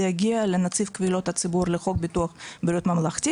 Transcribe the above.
יגיע לנציב קבילות הציבור לחוק ביטוח בריאות ממלכתי.